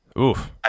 Oof